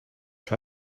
try